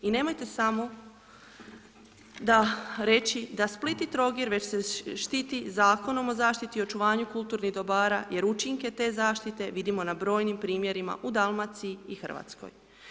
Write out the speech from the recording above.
I nemojte samo reći da Split i Trogir već se štiti Zakonom o zaštiti o očuvanju kulturnih dobara jer učinke te zaštite vidimo na brojim primjerima u Dalmaciji i Hrvatskoj.